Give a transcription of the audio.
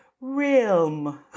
Realm